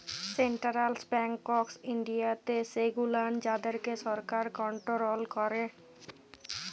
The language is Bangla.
সেন্টারাল ব্যাংকস ইনডিয়াতে সেগুলান যাদেরকে সরকার কনটোরোল ক্যারে